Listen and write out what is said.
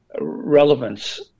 relevance